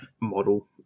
model